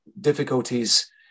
difficulties